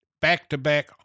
back-to-back